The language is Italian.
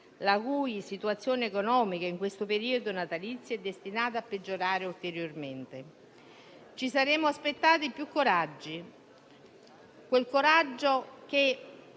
la situazione economica in questo periodo natalizio è poi destinata a peggiorare ulteriormente. Ci saremmo aspettati più coraggio, quel coraggio che